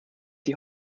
die